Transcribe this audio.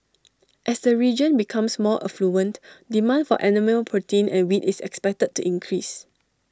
as the region becomes more affluent demand for animal protein and wheat is expected to increase